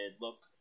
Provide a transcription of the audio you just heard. look